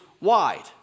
wide